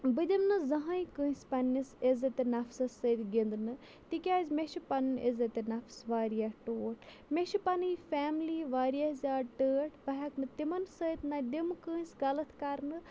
بہٕ دِمہٕ نہٕ زٕہٕنۍ کٲنٛسہِ پنٛنِس عِزتِ نفسَس سۭتۍ گِنٛدنہٕ تِکیازِ مےٚ چھِ پَنٕنۍ عزتِ نفس واریاہ ٹوٹھ مےٚ چھِ پَنٕنۍ فیملی واریاہ زیادٕ ٹٲٹھ بہٕ ہیٚکہٕ نہٕ تِمَن سۭتۍ نہ دِمہٕ کٲنٛسہِ غلط کَرنہٕ